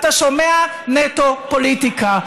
אתה שומע נטו פוליטיקה.